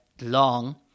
long